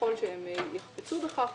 ככל שהן יחפצו בכך,